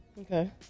Okay